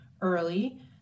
early